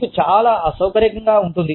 మీరు చాలా అసౌకర్యంగా భావిస్తారు